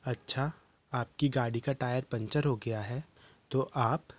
अच्छा आपकी गाड़ी का टायर पंचर हो गया है तो आप